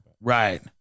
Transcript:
Right